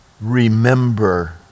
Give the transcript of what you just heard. remember